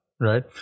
right